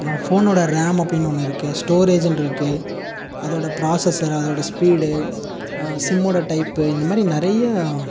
ஃபோனோடய RAM அப்படீன்னு ஒன்று இருக்குது ஸ்டோரேஜுனு இருக்குது அதோடய பிராசசர் அதோடய ஸ்பீடு சிம்மோடய டைப் இந்த மாதிரி நறையா